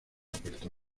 puerto